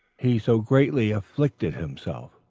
he so greatly afflicted himself,